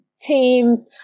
team